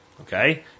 okay